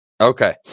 Okay